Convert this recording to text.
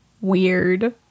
weird